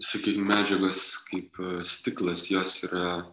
sakykim medžiagos kaip stiklas jos yra